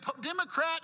Democrat